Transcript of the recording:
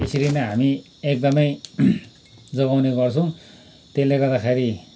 यसरी नै हामी एकदमै जोगाउने गर्छौँ त्यसले गर्दाखेरि